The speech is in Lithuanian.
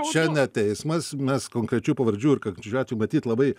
čia ne teismas mes konkrečių pavardžių ir konkrečių atvejų matyt labai